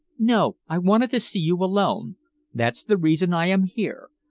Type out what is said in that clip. no. i wanted to see you alone that's the reason i am here.